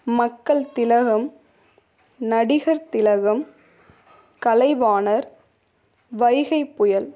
மக்கள் திலகம் நடிகர் திலகம் கலைவாணர் வைகைப்புயல்